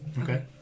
Okay